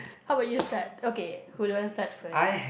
how about you start okay who don't want start first